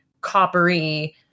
coppery